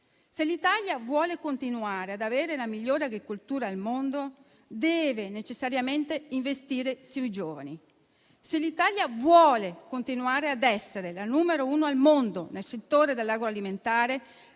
Se l'Italia vuole continuare ad avere la migliore agricoltura al mondo, deve necessariamente investire sui giovani. Se l'Italia vuole continuare ad essere la numero uno al mondo nel settore dell'agroalimentare,